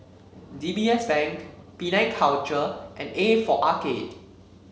D B S Bank Penang Culture and A for Arcade